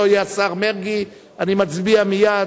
לא יהיה השר מרגי, אני מצביע מייד,